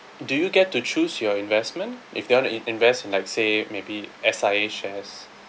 do you get to choose your investment if they want to in~ invest in like say maybe S_I_A shares